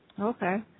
Okay